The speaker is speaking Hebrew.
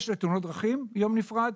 לתאונות דרכים יש יום נפרד,